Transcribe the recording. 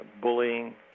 bullying